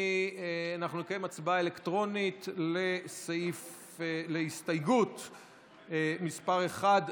אנחנו נקיים הצבעה אלקטרונית על הסתייגות מס' 1,